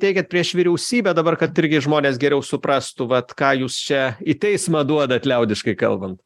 teikiat prieš vyriausybę dabar kad irgi žmonės geriau suprastų vat ką jūs čia į teismą duodat liaudiškai kalbant